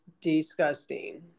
disgusting